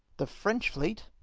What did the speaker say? the french fleet,